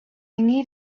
need